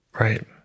Right